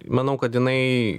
manau kad jinai